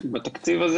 בו?